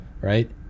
right